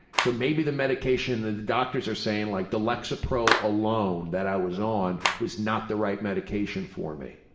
so maybe the medication the the doctors are saying like the lexapro alone that i was on was not the right medication for me.